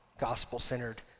gospel-centered